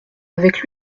avec